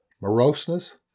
moroseness